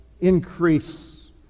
increase